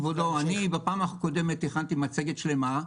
כבודו, בפעם הקודמת תכננתי מצגת שלמה,